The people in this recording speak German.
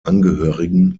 angehörigen